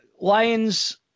Lions